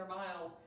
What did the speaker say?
miles